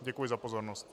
Děkuji za pozornost.